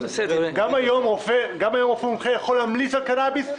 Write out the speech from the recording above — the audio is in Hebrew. גם היום רופא מומחה יכול להמליץ על קנאביס,